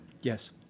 yes